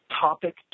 topic